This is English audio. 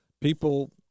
People